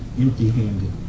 Empty-handed